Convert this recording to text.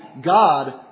God